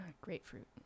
Grapefruit